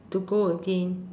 to go again